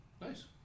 Nice